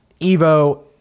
Evo